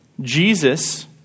Jesus